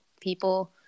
People